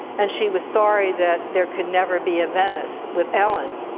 and she was sorry that there could never be a venice with ellen.